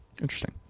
Interesting